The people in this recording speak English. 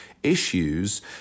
issues